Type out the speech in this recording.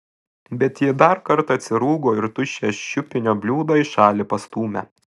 bet ji dar kartą atsirūgo ir tuščią šiupinio bliūdą į šalį pastūmė